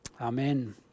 amen